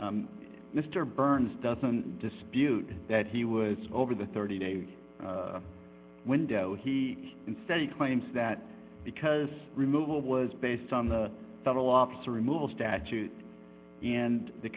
court mr burns doesn't dispute that he was over the thirty day window he instead he claims that because removal was based on the federal officer removal statute and the